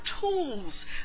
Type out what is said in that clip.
tools